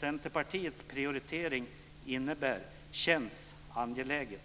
Centerpartiets prioritering innebär, känns angelägen.